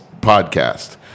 podcast